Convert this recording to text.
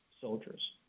soldiers